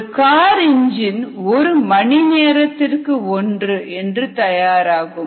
ஒரு car engine ஒரு மணி நேரத்திற்கு 1 என்று தயாராகும்